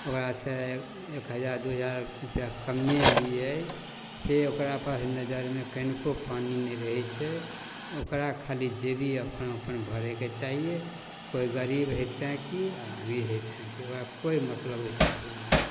ओकरासँ एक हजार दुइ हजार रुपैआ कमे लिए से ओकरा पास नजरिमे कनिको पानी नहि रहै छै ओकरा खाली जेबी अपन अपन भरैके चाहिए कोइ गरीब हइ तेँ कि आओर अमीर हइ तेँ कि ओकरा कोइ मतलब ओहिसबसँ नहि